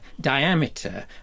diameter